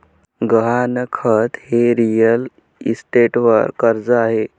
गहाणखत हे रिअल इस्टेटवर कर्ज आहे